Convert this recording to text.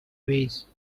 vase